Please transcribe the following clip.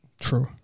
True